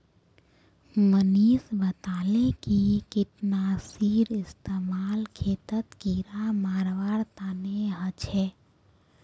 मनीष बताले कि कीटनाशीर इस्तेमाल खेतत कीड़ा मारवार तने ह छे